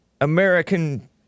American